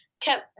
kept